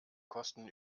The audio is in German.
kosten